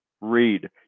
read